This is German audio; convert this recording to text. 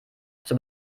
zur